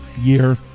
year